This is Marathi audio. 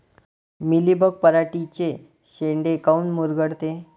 मिलीबग पराटीचे चे शेंडे काऊन मुरगळते?